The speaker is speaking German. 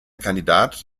kandidat